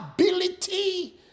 ability